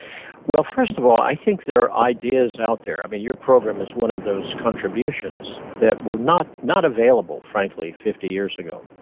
well, first of all, i think there are ideas out there. um and your program is one of those contributions that were not not available, frankly, fifty years ago,